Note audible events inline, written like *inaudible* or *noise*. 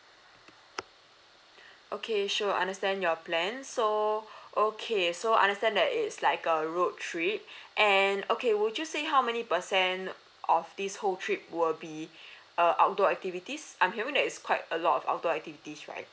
*breath* okay sure understand your plan so *breath* okay so understand that it's like a road trip *breath* and okay would you say how many percent of this whole trip will be *breath* uh outdoor activities I'm hearing that it's quite a lot of outdoor activities right